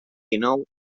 dinou